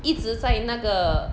一直在那个